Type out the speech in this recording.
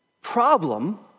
problem